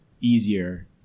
easier